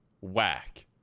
whack